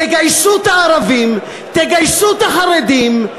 תגייסו את הערבים, תגייסו את החרדים.